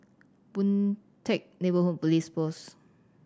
Boon Teck Neighbourhood Police Post